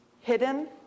hidden